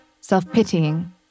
Self-pitying